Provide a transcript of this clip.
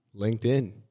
LinkedIn